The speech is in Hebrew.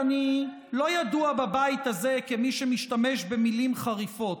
ואני לא ידוע בבית הזה כמי שמשתמש במילים חריפות,